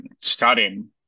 studying